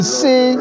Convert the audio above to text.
see